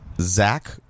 Zach